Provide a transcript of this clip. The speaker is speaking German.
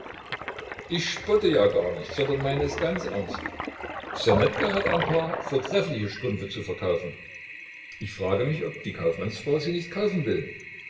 ich spotte ja gar nicht sondern meine es ganz ernst ssonetka hat ein paar vortreffliche strümpfe zu verkaufen ich frage mich ob die kaufmannsfrau sie nicht kaufen will